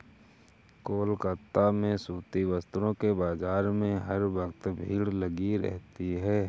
कोलकाता में सूती वस्त्रों के बाजार में हर वक्त भीड़ लगी रहती है